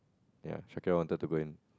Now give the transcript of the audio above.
ya Shakira wanted to go and